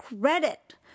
credit